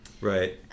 Right